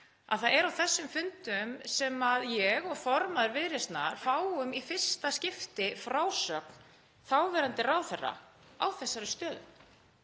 að það er á þessum fundi sem ég og formaður Viðreisnar fáum í fyrsta skipti frásögn þáverandi ráðherra af þessari stöðu.